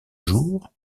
jour